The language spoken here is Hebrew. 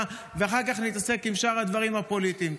ואחר כך נתעסק בשאר הדברים הפוליטיים.